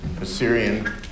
Assyrian